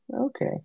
okay